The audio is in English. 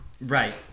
Right